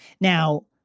Now